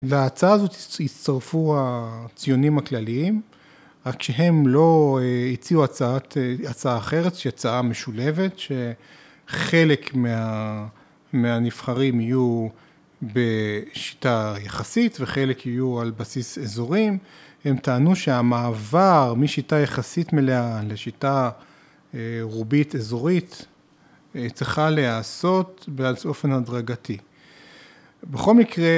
להצעה הזאת הצטרפו הציונים הכלליים, רק שהם לא הציעו הצעה אחרת, שהיא הצעה משולבת, שחלק מהנבחרים יהיו בשיטה יחסית וחלק יהיו על בסיס אזורים. הם טענו שהמעבר משיטה יחסית מלאה לשיטה רובית אזורית, צריכה להיעשות באופן הדרגתי. בכל מקרה